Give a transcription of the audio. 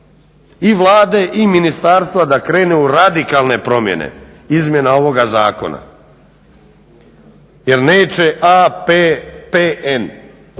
i Vlade i ministarstva da krene u radikalne promjene izmjena ovog zakona jer neće A,